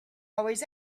always